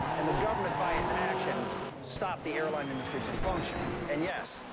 and the government by it's action stopped the airline industry from functioning and yes,